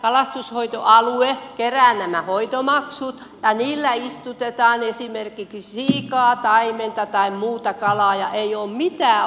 kalastushoitoalue kerää nämä hoitomaksut ja niillä istutetaan esimerkiksi siikaa taimenta tai muuta kalaa ja ei ole mitään ollut